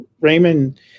Raymond –